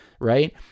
right